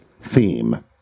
theme